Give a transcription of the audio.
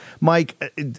Mike